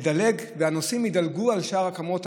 והנוסעים ידלגו על שאר הקומות,